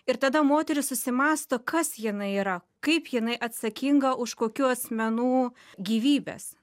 ir tada moteris susimąsto kas jinai yra kaip jinai atsakinga už kokių asmenų gyvybes